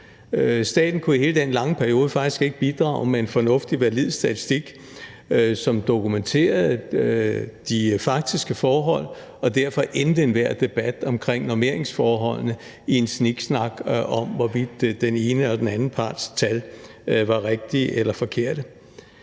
Staten kunne i hele den lange periode faktisk ikke bidrage med en fornuftig valid statistik, som dokumenterede de faktiske forhold, og derfor endte enhver debat om normeringsforholdene i en sniksnak om, hvorvidt den ene eller den anden parts tal var rigtige eller forkerte.